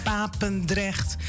Papendrecht